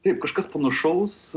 taip kažkas panašaus